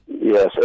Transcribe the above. Yes